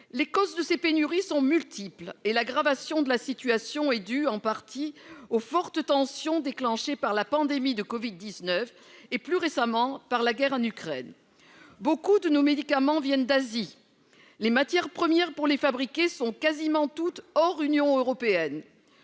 Les causes de ces pénuries sont multiples et l'aggravation de la situation est due, en partie, aux fortes tensions déclenchées par la pandémie de covid-19 et, plus récemment, par la guerre en Ukraine. Beaucoup de nos médicaments proviennent d'Asie. Les matières premières pour les fabriquer sont quasiment toutes hors de l'Union européenne.